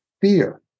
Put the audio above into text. fear